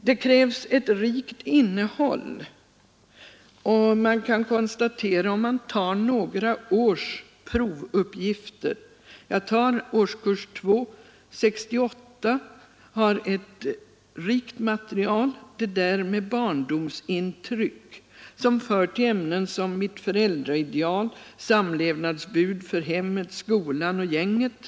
Det krävs ett rikt innehåll, vilket man kan konstatera om man tar några års provuppgifter. Jag hämtar dem från årskurs 2. År 1968 har ett rikt material — ”Det där med barndomsintryck” som hör till ämnen som ”Mitt föräldraideal” och ”Samlevnadsbud för hemmet, skolan och gänget”.